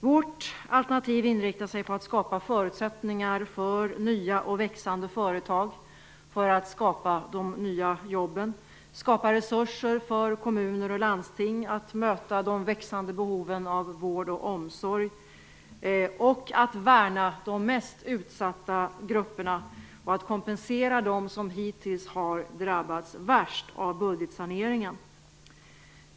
Vårt alternativ inriktar sig på att skapa förutsättningar för nya och växande företag, för att skapa de nya jobben, skapa resurser för kommuner och landsting för att möta de växande behoven av vård och omsorg och att värna de mest utsatta grupperna samt att kompensera dem som hittills har drabbats värst av budgetsaneringen.